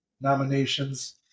nominations